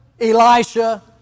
Elisha